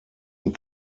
und